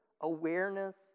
awareness